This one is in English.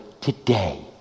Today